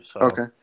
Okay